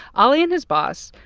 ale and his boss,